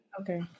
Okay